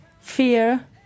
fear